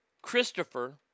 Christopher